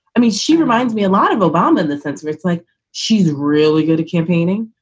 i mean, she reminds me a lot of obama in the sense where it's like she's really good at campaigning,